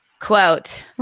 Quote